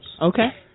Okay